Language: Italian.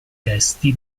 testi